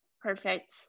perfect